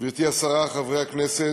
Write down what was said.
גברתי השרה, חברי הכנסת,